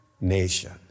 nation